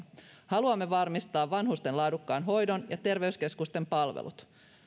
haluamme varmistaa vanhusten laadukkaan hoidon ja terveyskeskusten palvelut